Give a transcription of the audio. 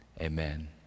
amen